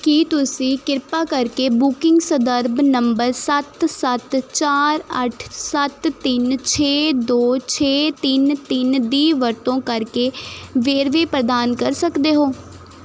ਕੀ ਤੁਸੀਂ ਕਿਰਪਾ ਕਰਕੇ ਬੁਕਿੰਗ ਸੰਦਰਭ ਨੰਬਰ ਸੱਤ ਸੱਤ ਚਾਰ ਅੱਠ ਸੱਤ ਤਿੰਨ ਛੇ ਦੋ ਛੇ ਤਿੰਨ ਤਿੰਨ ਦੀ ਵਰਤੋਂ ਕਰਕੇ ਵੇਰਵੇ ਪ੍ਰਦਾਨ ਕਰ ਸਕਦੇ ਹੋ